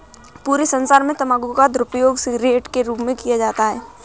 पूरे संसार में तम्बाकू का दुरूपयोग सिगरेट के रूप में किया जाता है